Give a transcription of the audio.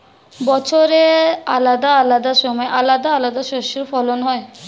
বছরের আলাদা আলাদা সময় আলাদা আলাদা শস্যের ফলন হয়